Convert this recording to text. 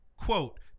quote